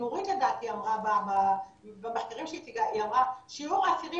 נורית לדעתי אמרה במחקרים שהיא הציגה ששיעור האסירים